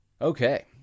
Okay